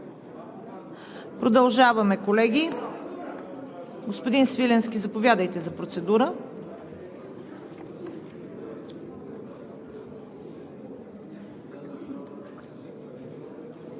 Продължаваме, колеги. Господин Свиленски, заповядайте за процедура.